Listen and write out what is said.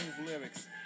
lyrics